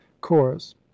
Chorus